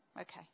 Okay